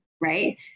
right